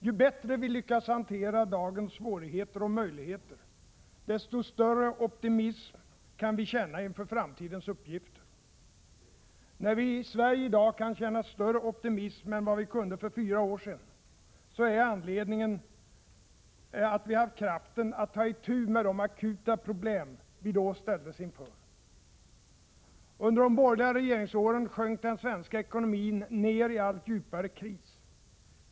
Ju bättre vi lyckas hantera dagens svårigheter och möjligheter, desto större optimism kan vi känna inför framtidens uppgifter. När vi i Sverige i dag kan känna större optimism än vad vi kunde för fyra år sedan, är anledningen att vi haft kraften att ta itu med de akuta problem vi då ställdes inför. Under de borgerliga regeringsåren sjönk den svenska ekonomin ned i en allt djupare kris.